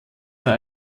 war